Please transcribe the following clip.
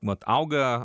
mat auga